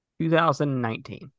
2019